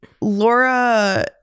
Laura